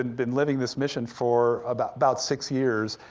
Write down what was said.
and been living this mission for about about six years,